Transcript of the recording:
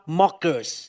mockers